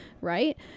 right